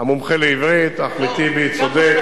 המומחה לעברית אחמד טיבי צודק.